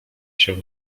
się